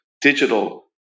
digital